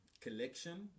collection